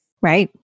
Right